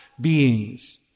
beings